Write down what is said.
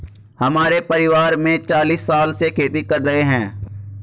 हमारे परिवार में चालीस साल से खेती कर रहे हैं